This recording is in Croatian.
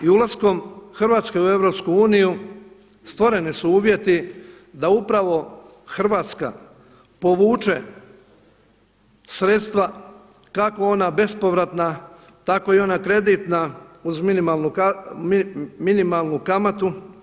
I ulaskom Hrvatske u EU stvoreni su uvjeti da upravo Hrvatska povuče sredstva kako ona bespovratna, tako i ona kreditna uz minimalnu kamatu.